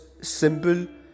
simple